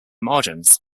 margins